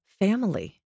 Family